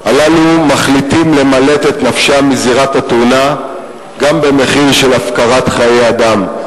מחליטים למלט את נפשם מזירת התאונה גם במחיר של הפקרת חיי אדם.